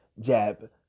jab